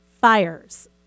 fires